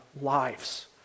lives